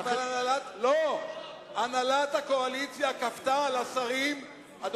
לא, הנהלת הקואליציה כפתה על השרים לא